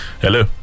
Hello